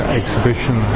exhibition